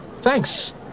Thanks